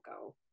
go